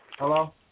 Hello